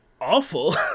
awful